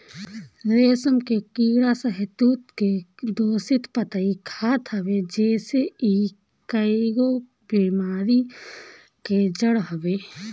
रेशम के कीड़ा शहतूत के दूषित पतइ खात हवे जेसे इ कईगो बेमारी के जड़ हवे